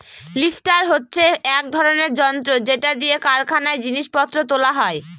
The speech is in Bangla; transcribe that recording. লিফ্টার হচ্ছে এক রকমের যন্ত্র যেটা দিয়ে কারখানায় জিনিস পত্র তোলা হয়